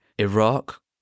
Iraq